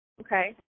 Okay